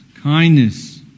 kindness